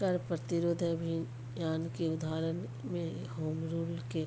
कर प्रतिरोध अभियान के उदाहरण में होम रूल के